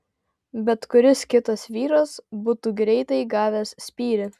bet kuris kitas vyras būtų greitai gavęs spyrį